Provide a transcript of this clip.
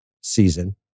season